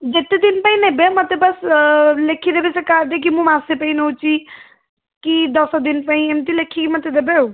ଯେତେଦିନ ପାଇଁ ନେବେ ମୋତେ ବାସ୍ ଲେଖିଦେବେ ସେହି କାର୍ଡ଼୍ରେ କି ମାସେ ପାଇଁ ନେଉଛି କି ଦଶଦିନ ପାଇଁ ଏମିତି ମୋତେ ଲେଖିକି ମୋତେ ଦେବେ ଆଉ